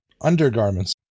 undergarments